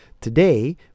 Today